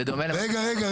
רגע.